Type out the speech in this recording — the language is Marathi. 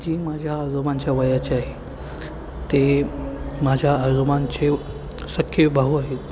जी माझ्या आजोबांच्या वयाची आहे ते माझ्या आजोबांचे सख्खे भाऊ आहेत